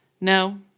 No